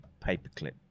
paperclip